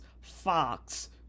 Fox